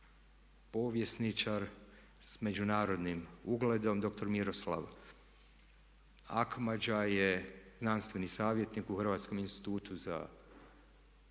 povjesničar s međunarodnim ugledom, dr. Miroslav Akmadža je znanstveni savjetnik u Hrvatskom institutu za povijest,